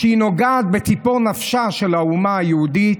שהיא נוגעת בציפור נפשה של האומה היהודית,